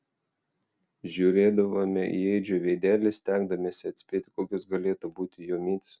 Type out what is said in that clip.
žiūrėdavome į edžio veidelį stengdamiesi atspėti kokios galėtų būti jo mintys